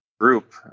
group